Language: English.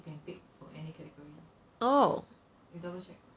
oh